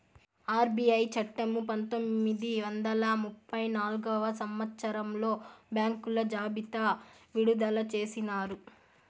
RBI చట్టము పంతొమ్మిది వందల ముప్పై నాల్గవ సంవచ్చరంలో బ్యాంకుల జాబితా విడుదల చేసినారు